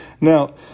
Now